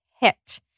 hit